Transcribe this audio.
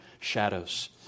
shadows